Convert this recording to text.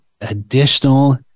additional